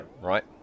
Right